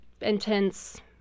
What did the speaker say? intense